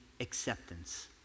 acceptance